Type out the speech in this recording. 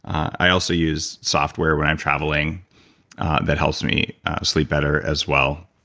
i also use software when i'm traveling that helps me sleep better as well,